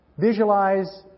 Visualize